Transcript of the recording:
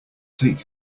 take